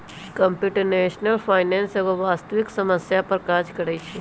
computational finance एगो वास्तविक समस्या पर काज करइ छै